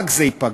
רק זה ייפגע.